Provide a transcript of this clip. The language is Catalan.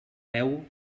veu